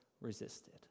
resisted